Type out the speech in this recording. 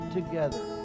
together